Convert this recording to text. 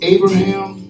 Abraham